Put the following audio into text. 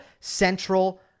central